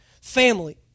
family